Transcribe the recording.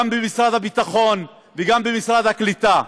גם במשרד הביטחון וגם במשרד הקליטה,